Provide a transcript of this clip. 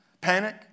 panic